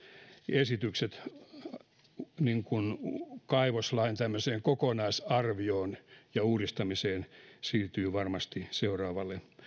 esitykset tämmöiseen kaivoslain kokonaisarvioon ja uudistamiseen siirtyvät varmasti seuraavalle